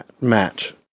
match